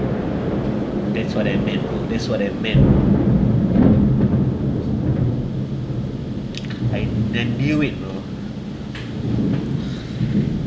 that's what I meant bro that's what I meant I meant knew it bro